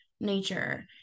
Nature